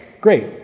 great